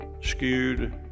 skewed